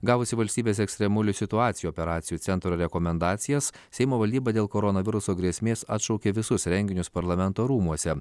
gavusi valstybės ekstremalių situacijų operacijų centro rekomendacijas seimo valdyba dėl koronaviruso grėsmės atšaukė visus renginius parlamento rūmuose